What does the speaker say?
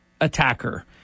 attacker